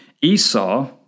Esau